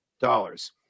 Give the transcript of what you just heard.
dollars